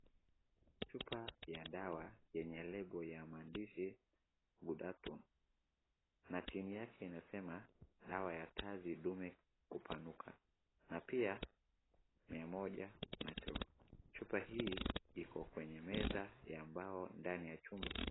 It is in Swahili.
Chupa ya dawa yenye lebo ya maandishi GHUDATUN na chini yake inasema, dawa ya kazi dume kupanuka na pia mia moja miligramu, na pia chupa hii iko kwenye meza ya ambao ndani ya chumba.